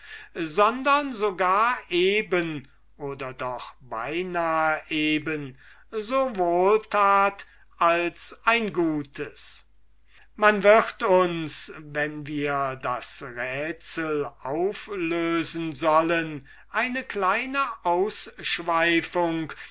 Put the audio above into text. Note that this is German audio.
sondern sogar eben oder doch beinahe eben so wohl tat als ein gutes man wird uns wenn wir das rätsel auflösen sollen eine kleine ausschweifung